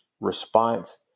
response